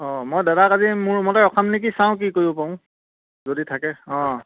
অঁ মই দাদা আজি মোৰ ৰুমতে ৰখাম নেকি চাওঁ কি কৰিব পাৰোঁ যদি থাকে অঁ